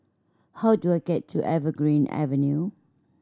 how do I get to Evergreen Avenue